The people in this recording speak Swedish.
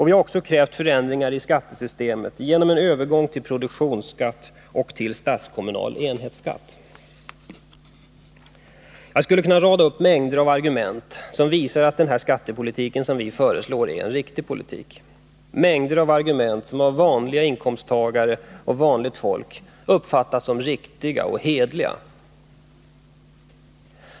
Vi har också krävt förändringar i skattesystemet genom en övergång till produktionsskatt och till statskommunal enhetsskatt. Jag skulle kunna rada upp mängder av argument som visar att den skattepolitik som vi föreslår är en riktig politik, mängder av argument som av vanliga inkomsttagare och vanligt folk uppfattas som riktiga och hederliga.